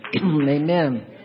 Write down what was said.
Amen